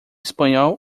espanhol